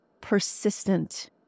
persistent